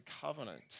covenant